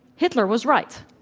hitler was right.